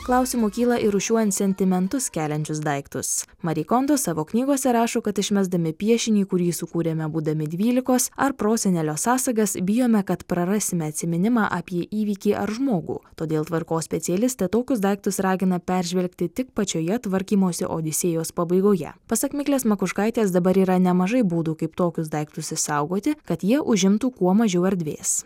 klausimų kyla ir rūšiuojant sentimentus keliančius daiktus mari kondo savo knygose rašo kad išmesdami piešinį kurį sukūrėme būdami dvylikos ar prosenelio sąsagas bijome kad prarasime atsiminimą apie įvykį ar žmogų todėl tvarkos specialistė tokius daiktus ragina peržvelgti tik pačioje tvarkymosi odisėjos pabaigoje pasak miglės makuškaitės dabar yra nemažai būdų kaip tokius daiktus išsaugoti kad jie užimtų kuo mažiau erdvės